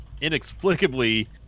inexplicably